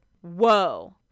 whoa